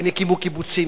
הם הקימו קיבוצים,